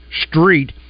Street